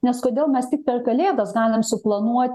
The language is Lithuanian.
nes kodėl mes tik per kalėdas galim suplanuoti